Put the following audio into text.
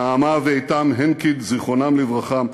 נעמה ואיתם הנקין, זיכרונם לברכה,